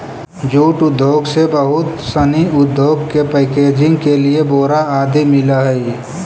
jute उद्योग से बहुत सनी उद्योग के पैकेजिंग के लिए बोरा आदि मिलऽ हइ